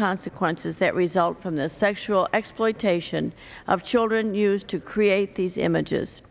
consequences that result from the sexual exploitation of children used to create these images